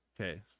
Okay